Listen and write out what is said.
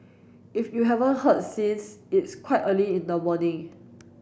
if you haven't heard since it's quite early in the morning